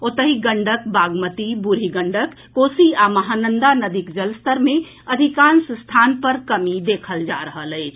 ओतहि गंडक बागमती बूढ़ी गंडक कोसी आ महानंदा नदीक जलस्तर मे अधिकांश स्थान पर कमी देखल जा रहल अछि